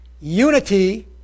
unity